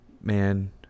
man